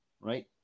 right